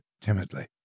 timidly